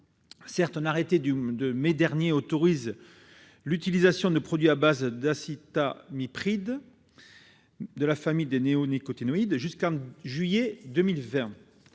Certes, un arrêté du 7 mai 2019 autorise l'utilisation de produits à base d'acétamipride, de la famille des néonicotinoïdes, jusqu'à l'été 2020.